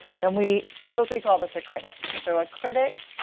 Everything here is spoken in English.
then we typically call this a critic. so a critic